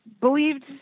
believed